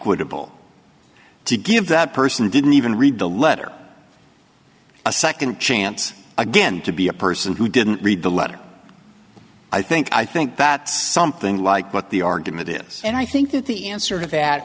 equitable to give that person didn't even read the letter a second chance again to be a person who didn't read the letter i think i think that something like what the argument is and i think that the answer to that